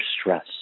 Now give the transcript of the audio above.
stress